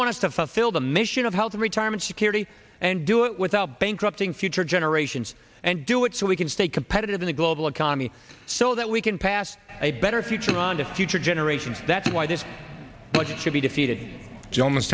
want to fulfill the mission of health retirement security and do it without bankrupting future generations and do it so we can stay competitive in the global economy so that we can pass a better future on to future generations that's why this budget should be defeated ge